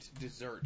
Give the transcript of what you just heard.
dessert